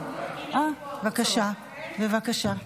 בבקשה.